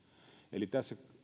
eli tässä